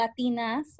Latinas